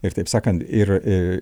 ir taip sakant ir